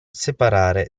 separare